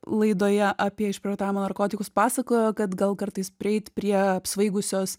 laidoje apie išprievartavimo narkotikus pasakojo kad gal kartais prieit prie apsvaigusios